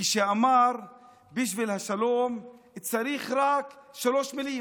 כשאמר שבשביל השלום צריך רק שלוש מילים,